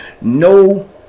no